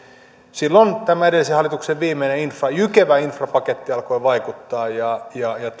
silloin tämä edellisen hallituksen viimeinen jykevä infrapaketti alkoi vaikuttaa ja ja